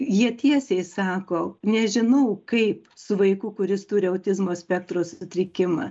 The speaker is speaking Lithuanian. jie tiesiai sako nežinau kaip su vaiku kuris turi autizmo spektro sutrikimą